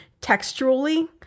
textually